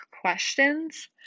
questions